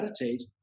meditate